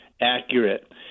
accurate